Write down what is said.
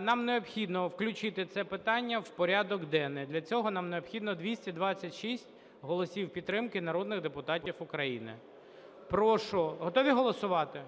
Нам необхідно включити це питання в порядок денний, для цього нам необхідно 226 голосів підтримки народних депутатів України. Прошу… Готові голосувати?